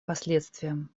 последствиям